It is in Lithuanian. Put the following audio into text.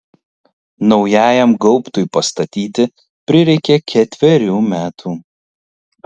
naujajam gaubtui pastatyti prireikė ketverių metų